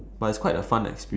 but it's quite a fun experience